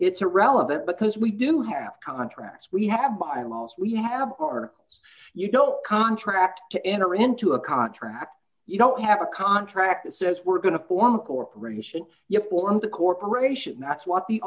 it's irrelevant because we do have contracts we have bylaws we have our you don't contract to enter into a contract you don't have a contract that says we're going to form a corporation you form the corporation that's what the